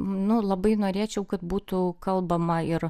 nu labai norėčiau kad būtų kalbama ir